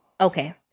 Okay